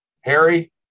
Harry